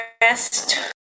rest